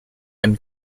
and